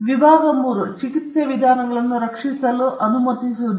ವಿಭಾಗ 3 ಚಿಕಿತ್ಸೆಯ ವಿಧಾನಗಳನ್ನು ರಕ್ಷಿಸಲು ಅನುಮತಿಸುವುದಿಲ್ಲ